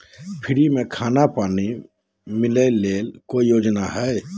Free में खाना पानी मिलना ले कोइ योजना हय?